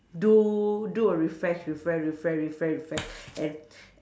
do do a refresh refresh refresh refresh refresh and